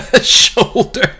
shoulder